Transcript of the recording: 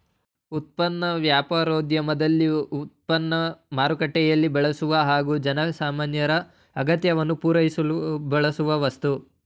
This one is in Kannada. ಉತ್ಪನ್ನ ವ್ಯಾಪಾರೋದ್ಯಮದಲ್ಲಿ ಉತ್ಪನ್ನ ಮಾರುಕಟ್ಟೆಯಲ್ಲಿ ಬಳಸುವ ಹಾಗೂ ಜನಸಾಮಾನ್ಯರ ಅಗತ್ಯವನ್ನು ಪೂರೈಸಲು ಬಳಸುವ ವಸ್ತು